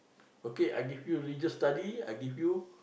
okay I give you religious study I give you